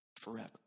forever